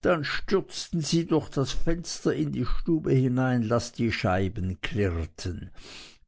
dann stürzten sie durch das fenster in die stube hinein daß die scheiben klirrten